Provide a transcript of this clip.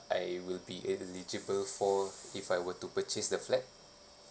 I will be eligible for if I were to purchase the flat